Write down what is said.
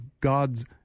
God's